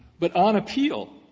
but on appeal,